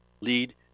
lead